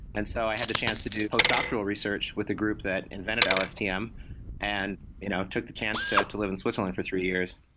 and so i had the chance to do post-doctoral research with a group that invested lstm and i you know took the chance to to live in switzerland for three years.